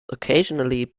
occasionally